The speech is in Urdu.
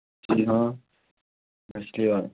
جی ہاں مچھلیاں